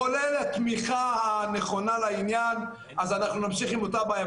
כולל התמיכה הנכונה לעניין נמשיך עם אותה בעיה.